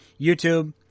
YouTube